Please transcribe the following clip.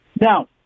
Now